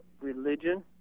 religion